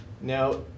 Now